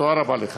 תודה רבה לך.